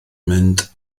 mynd